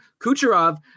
Kucherov